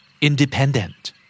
Independent